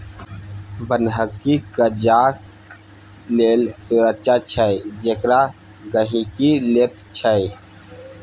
बन्हकी कर्जाक लेल सुरक्षा छै जेकरा गहिंकी लैत छै